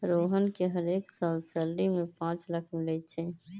रोहन के हरेक साल सैलरी में पाच लाख मिलई छई